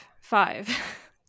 Five